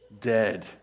dead